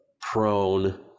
prone